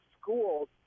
schools